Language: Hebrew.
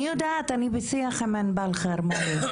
אני יודעת, אני בשיח עם ענבל אהרוני.